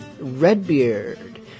Redbeard